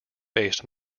based